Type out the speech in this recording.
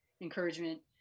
encouragement